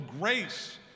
grace